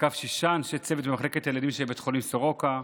תקף שישה אנשי צוות במחלקת ילדים שבבית החולים סורוקה,